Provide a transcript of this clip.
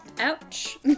Ouch